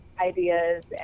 ideas